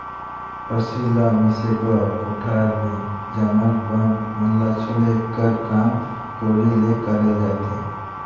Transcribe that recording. फसिल ल मिसे बर कोठार मे जामल बन मन ल छोले कर काम कोड़ी ले करल जाथे